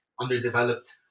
underdeveloped